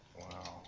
Wow